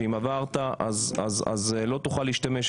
שאם עברת אז לא תוכל להשתמש,